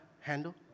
handle